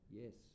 yes